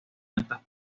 actas